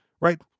right